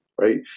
Right